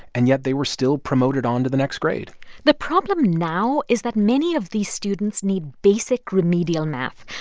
and yet they were still promoted on to the next grade the problem now is that many of these students need basic remedial math.